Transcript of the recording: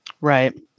right